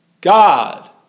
God